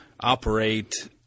operate